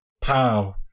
Pow